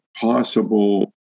possible